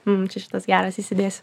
mm čia šitas geras įsidėsiu